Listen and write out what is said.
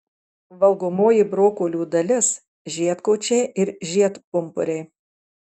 valgomoji brokolių dalis žiedkočiai ir žiedpumpuriai